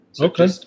Okay